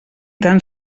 tan